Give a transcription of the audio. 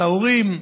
את ההורים,